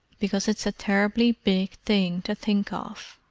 because it's a terribly big thing to think of.